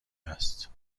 است